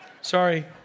Sorry